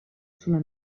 sulla